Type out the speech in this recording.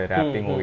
Rapping